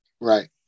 Right